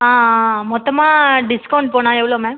ஆ மொத்தமாக டிஸ்கௌண்ட் போனால் எவ்வளோ மேம்